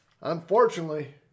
Unfortunately